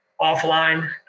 offline